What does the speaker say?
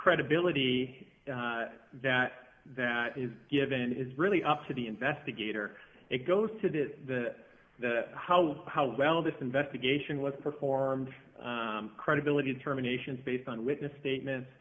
credibility that that is given is really up to the investigator it goes to the the how how well this investigation was performed credibility determinations based on witness statements